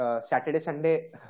Saturday-Sunday